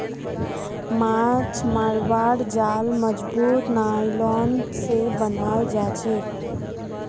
माछ मरवार जाल मजबूत नायलॉन स बनाल जाछेक